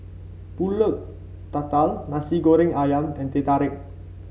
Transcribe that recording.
pulut tatal Nasi Goreng ayam and Teh Tarik